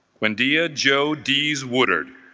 when dia jodi's woodard